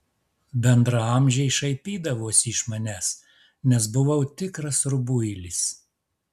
bendraamžiai šaipydavosi iš manęs nes buvau tikras rubuilis